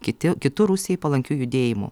kiti kitu rusijai palankiu judėjimu